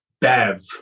Bev